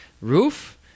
roof